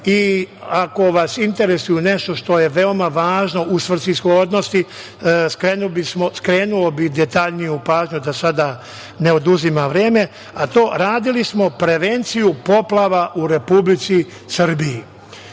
a ako vas interesuje nešto što je veoma važno u svrsishodnosti, krenuo bih u detaljniju pažnju, da sada ne oduzimam vreme. Radili smo prevenciju poplava u Republici Srbiji,